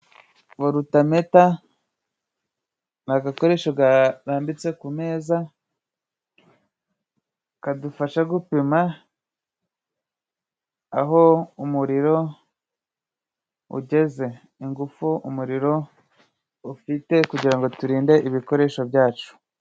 Varutameta ni agakoresho karambitse ku meza, kadufasha gupima aho umuriro ugeze, ingufu umuriro ufite kugirango turinde ibikoresho byacu.